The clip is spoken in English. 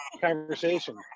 conversation